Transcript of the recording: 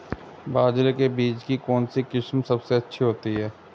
बाजरे के बीज की कौनसी किस्म सबसे अच्छी होती है?